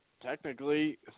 Technically